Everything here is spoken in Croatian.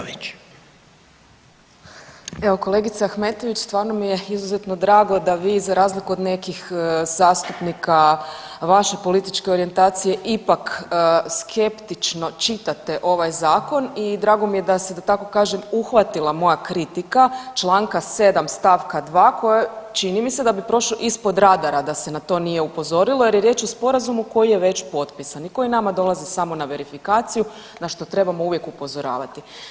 Evo kolegice Ahmetović stvarno mi je izuzetno drago da vi za razliku od nekih zastupnika vaše političke orijentacije ipak skeptično čitate ovaj zakon i drago mi je da se da tako kažem uhvatila moja kritika članka 7. stavka 2. koja čini mi se da bi prošao ispod radara da se na to nije upozorilo, jer je riječ o sporazumu koji je već potpisan i koji nama dolazi samo na verifikaciju na što trebamo uvijek upozoravati.